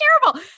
terrible